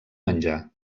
menjar